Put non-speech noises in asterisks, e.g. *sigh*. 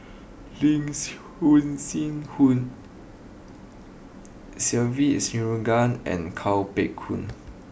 Lin *unintelligible* Se Ve Shanmugam and Kuo Pao Kun